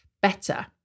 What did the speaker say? better